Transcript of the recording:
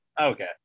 Okay